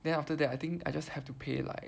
then after that I think I just have to pay like